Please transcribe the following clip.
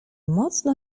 mocno